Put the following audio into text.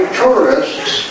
tourists